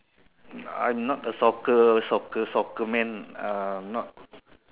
I am not a soccer soccer soccer man uh not